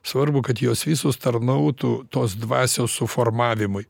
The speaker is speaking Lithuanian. svarbu kad jos visos tarnautų tos dvasios suformavimui